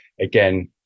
again